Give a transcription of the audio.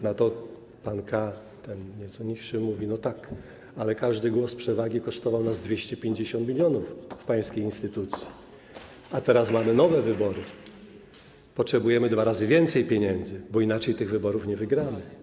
Na to ten nieco niższy pan K. mówi: no tak, ale każdy głos przewagi kosztował nas 250 mln z pańskiej instytucji, a teraz mamy nowe wybory, potrzebujemy dwa razy więcej pieniędzy, bo inaczej tych wyborów nie wygramy.